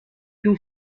più